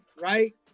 right